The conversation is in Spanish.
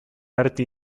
arte